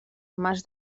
mas